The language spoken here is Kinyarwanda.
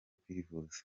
kwivuza